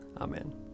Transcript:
Amen